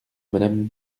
madame